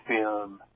film